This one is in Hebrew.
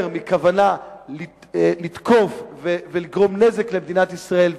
מכוונה לתקוף ולגרום נזק למדינת ישראל,